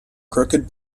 crooked